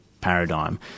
paradigm